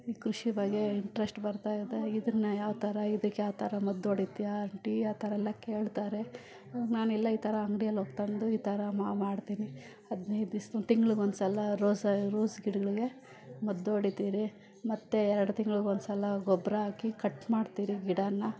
ಈ ಕೃಷಿ ಬಗ್ಗೆ ಇಂಟ್ರೆಸ್ಟ್ ಬರ್ತಾಯಿದೆ ಇದನ್ನ ಯಾವ ಥರ ಇದಕ್ಕೆ ಯಾವ ಥರ ಮದ್ದು ಹೊಡಿತೀಯ ಆಂಟಿ ಆ ಥರಯೆಲ್ಲ ಕೇಳ್ತಾರೆ ನಾನು ಇಲ್ಲ ಈ ಥರ ಅಂಗ್ಡಿಯಲ್ಲಿ ಹೋಗಿ ತಂದು ಈ ಥರ ಮಾಡ್ತೀನಿ ಹದ್ನೈದು ದಿವ್ಸ ತಿಂಗ್ಳಿಗೆ ಒಂದ್ಸಲ ರೋಸ ರೋಸ್ ಗಿಡಗಳಿಗೆ ಮದ್ದು ಒಡಿತೀವ್ರಿ ಮತ್ತೆ ಎರಡು ತಿಂಗ್ಳಿಗೆ ಒಂದ್ಸಲ ಗೊಬ್ಬರ ಹಾಕಿ ಕಟ್ ಮಾಡ್ತೀವ್ರೀ ಗಿಡನ